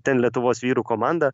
ten lietuvos vyrų komanda